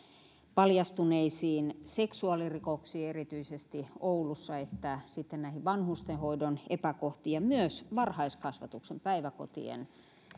paljastuneisiin seksuaalirikoksiin erityisesti oulussa että vanhustenhoidon epäkohtiin ja myös varhaiskasvatuksen päiväkotien